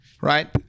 right